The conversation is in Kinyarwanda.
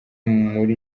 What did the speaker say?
muri